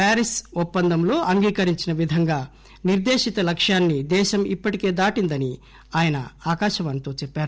Paris ఒప్పందంలో అంగీకరించిన విధంగా నిర్దేశిత లక్ష్యాన్ని దేశం ఇప్పటికే దాటిందని ఆయన ఆకాశవాణితో అన్నారు